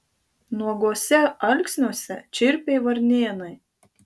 nuoguose alksniuose čirpė varnėnai